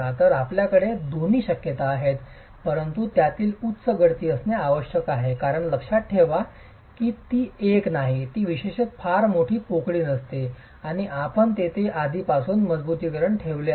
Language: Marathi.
तर आपल्याकडे या दोन्ही शक्यता आहेत परंतु त्यातील उच्च गळती असणे आवश्यक आहे कारण लक्षात ठेवा ती एक नाही ती विशेषत फार मोठी पोकळी नसते आणि आपण तेथे आधीपासूनच मजबुतीकरण ठेवले आहे